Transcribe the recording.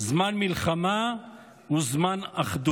זמן מלחמה הוא זמן אחדות.